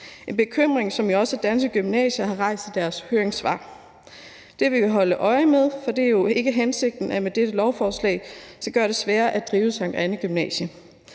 en bekymring, som jo også Danske Gymnasier har rejst i deres høringssvar. Det vil vi holde øje med, for det er jo ikke hensigten, at dette lovforslag skal gøre det sværere at drive Sankt Annæ Gymnasium.